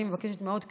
אני מבקשת מאות תקנים,